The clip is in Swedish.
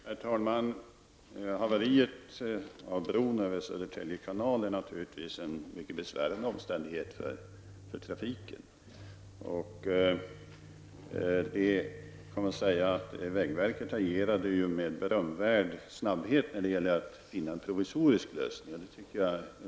Herr talman! Haveriet av bron över Södertälje kanal är naturligtvis en mycket besvärande omständighet för trafiken. Jag tycker det är värt att understryka i detta sammanhang att vägverket agerat med berömvärd snabbhet när det gäller att finna en provisorisk lösning.